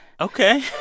Okay